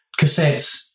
cassettes